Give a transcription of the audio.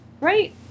right